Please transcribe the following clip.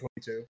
22